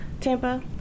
Tampa